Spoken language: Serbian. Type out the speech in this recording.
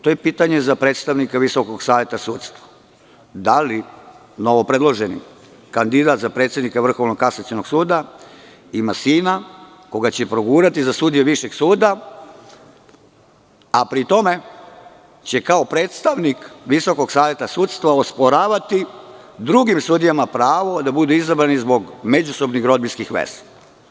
To je pitanje za predstavnika Visokog saveta sudstva – da li novopredloženi kandidat za predsednika Vrhovnog kasacionog suda ima sina koga će progurati za sudiju višeg suda, a pri tome će kao predstavnik Visokog saveta sudstvaosporavati drugim sudijama pravo da budu izabrani zbog međusobnih rodbinskih veza?